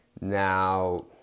Now